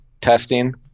testing